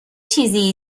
چیزی